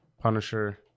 Punisher